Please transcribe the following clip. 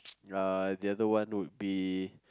uh ya the other one would be